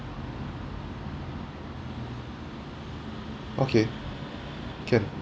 okay can